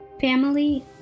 Family